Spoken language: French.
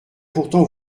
pourtant